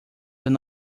does